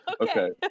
Okay